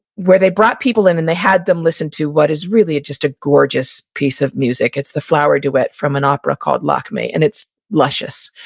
where they brought people in and they had them listen to what is really just a gorgeous piece of music. it's the flower duet from an opera called lakme. and it's luscious.